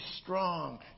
strong